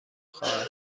خواهد